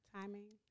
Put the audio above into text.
Timing